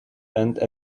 and